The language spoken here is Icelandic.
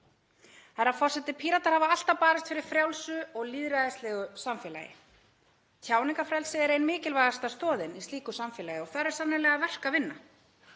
Herra forseti. Píratar hafa alltaf barist fyrir frjálsu og lýðræðislegu samfélagi. Tjáningarfrelsið er ein mikilvægasta stoðin í slíku samfélagi og þar er sannarlega verk að vinna.